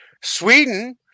Sweden